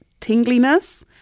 tingliness